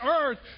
earth